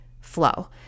flow